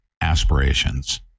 aspirations